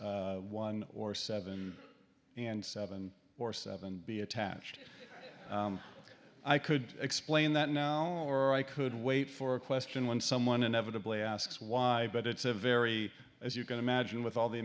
one or seven and seven or seven be attached i could explain that now or i could wait for a question when someone inevitably asks why but it's a very as you can imagine with all the